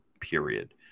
period